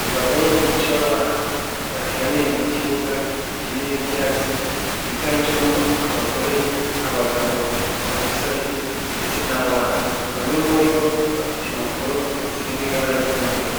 Imbaga nyamwinshi y'abantu bateraniye mu kibuga kirimo ibyatsi higanjemo abagore, abagabo, abasore ndetse n'abana. Bamwe muri bo bafite impapuro ziri mu ibara ry'umweru,